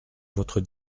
votre